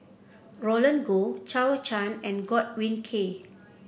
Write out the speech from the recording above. Roland Goh Zhou Can and Godwin Koay